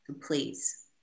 Please